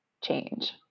change